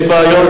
יש בעיות.